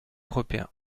européen